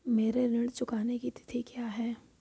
मेरे ऋण चुकाने की तिथि क्या है?